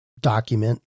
document